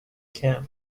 camp